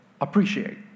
appreciate